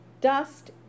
dust